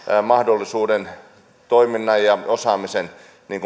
mahdollisuuden toiminnan ja osaamisen